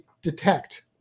Detect